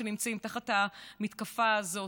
שנמצאים תחת המתקפה הזאת,